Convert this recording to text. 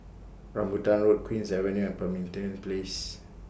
Rambutan Road Queen's Avenue and Pemimpin Place